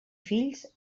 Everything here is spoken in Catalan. fills